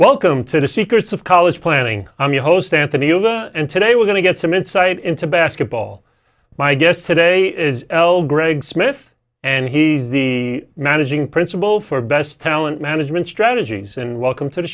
welcome to the secrets of college planning i'm your host anthony and today we're going to get some insight into basketball my guest today is greg smith and he's the managing principal for best talent management strategies and welcome to the